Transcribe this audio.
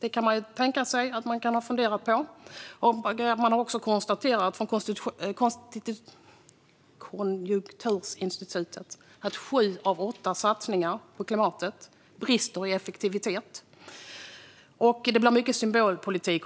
Det kan man fundera på. Konjunkturinstitutet har också konstaterat att sju av åtta satsningar på klimatet brister i effektivitet. Det blir mycket symbolpolitik.